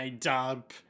dub